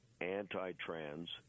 anti-trans